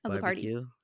barbecue